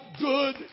good